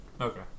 okay